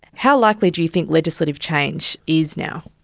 how likely do you think legislative change is now?